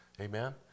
Amen